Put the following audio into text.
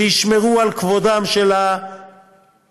וישמרו על כבודם של השוהים.